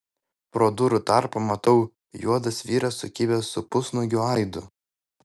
pro durų tarpą matau juodas vyras sukibęs su pusnuogiu aidu